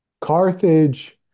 Carthage